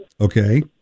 Okay